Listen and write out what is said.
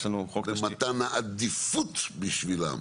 יש לנו חוק --- למתן העדיפות בשבילם.